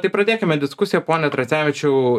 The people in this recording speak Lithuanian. tai pradėkime diskusiją pone tracevičiau